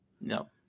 no